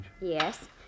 Yes